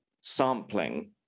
sampling